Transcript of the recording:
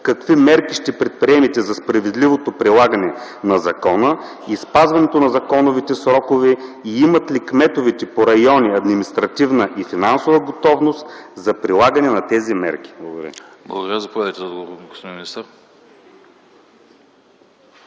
какви мерки ще предприемете за справедливото прилагане на закона и спазването на законовите срокове и имат ли кметовете по райони административна и финансова готовност за прилагане на тези мерки? Благодаря. ПРЕДСЕДАТЕЛ АНАСТАС АНАСТАСОВ: